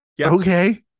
Okay